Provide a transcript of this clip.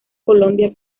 colombia